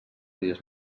dies